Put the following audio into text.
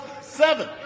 seven